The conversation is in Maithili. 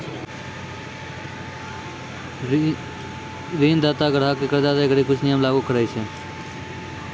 ऋणदाता अपनो ग्राहक क कर्जा दै घड़ी कुछ नियम लागू करय छै